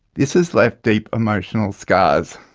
this has left deep emotional scars.